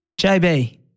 JB